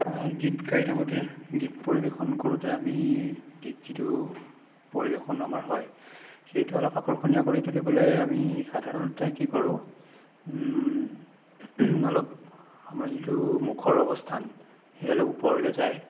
গীত গাই থাকোঁতে গীত পৰিবেশন কৰোঁতে আমি গীত যিটো পৰিবেশন আমাৰ হয় সেইটো অলপ আকৰ্ষণীয় কৰি তুলিবলৈ আমি সাধাৰণতে কি কৰোঁ অলপ আমাৰ যিটো মুখৰ অৱস্থান সেই অলপ ওপৰলৈ যায়